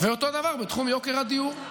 ואותו הדבר בתחום יוקר הדיור.